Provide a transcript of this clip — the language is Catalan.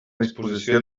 disposició